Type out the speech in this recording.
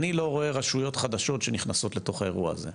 אני לא רואה רשויות חדשות שנכנסות לתוך האירוע הזה,